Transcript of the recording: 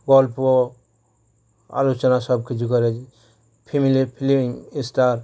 গল্প আলোচনা সব কিছু করে ফ্যামিলির ফিলিং স্টার